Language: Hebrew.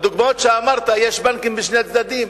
בדוגמאות שאמרת יש בנקים בשני הצדדים.